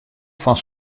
fan